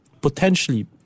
potentially